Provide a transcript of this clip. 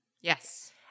yes